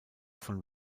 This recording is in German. von